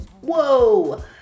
Whoa